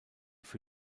für